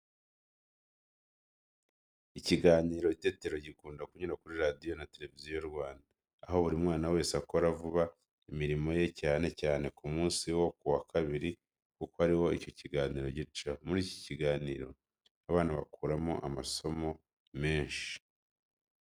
Ikiganiro Itetero gikunda kunyura kuri Radiyo na Televiziyo Rwanda, aho buri mwana wese akora vuba imirimo ye cyane cyane ku munsi wo ku wa Kabiri kuko ari bwo icyo kiganiro gicaho. Muri iki kiganiro abana bakuramo amasomo menshi.